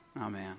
Amen